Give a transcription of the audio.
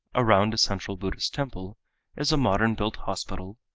around a central buddhist temple is a modern-built hospital,